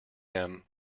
them